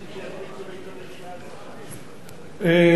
תודה.